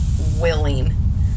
willing